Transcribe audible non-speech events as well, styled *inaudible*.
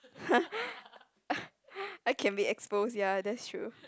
*laughs* I can be exposed ya that's true